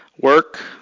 work